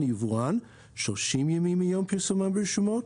או יבואן 30 ימים מיום פרסומן ברשומות,